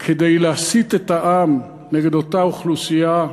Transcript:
כדי להסית את העם נגד אותה אוכלוסייה,